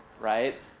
right